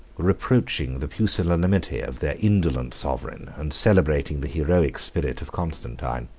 reproaching the pusillanimity of their indolent sovereign, and celebrating the heroic spirit of constantine.